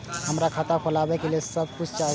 हमरा खाता खोलावे के लेल की सब चाही?